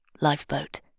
lifeboat